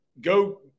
Go